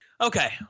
Okay